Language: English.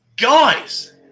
guys